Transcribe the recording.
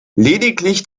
lediglich